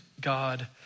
God